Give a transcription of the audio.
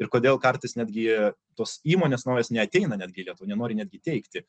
ir kodėl kartais netgi tos įmonės naujos neateina netgi į lietuvą nenori netgi teikti